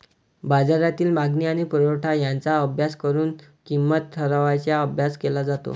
बाजारातील मागणी आणि पुरवठा यांचा अभ्यास करून किंमत ठरवण्याचा अभ्यास केला जातो